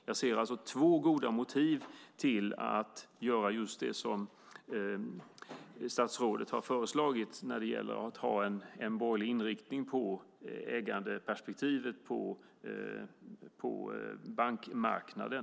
Jag ser alltså två goda motiv för att göra just det som statsrådet har föreslagit när det gäller att ha en borgerlig inriktning på ägandeperspektivet på bankmarknaden.